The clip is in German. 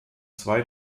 zwei